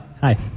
Hi